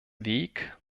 weg